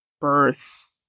birth